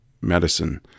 medicine